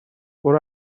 برو